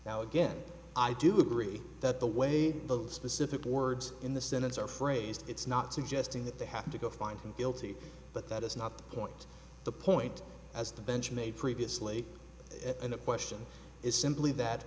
now again i do agree that the way the specific words in the sentence are phrased it's not suggesting that they have to go find him guilty but that is not the point the point as the bench made previously in a question is simply that